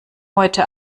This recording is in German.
heute